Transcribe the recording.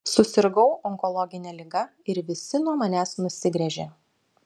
susirgau onkologine liga ir visi nuo manęs nusigręžė